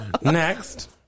Next